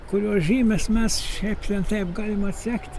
kurios žymes mes šiaip ne taip galim atsekt